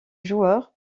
joueur